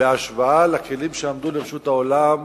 בהשוואה לכלים שעמדו לרשות העולם,